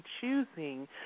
choosing